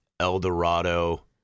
Eldorado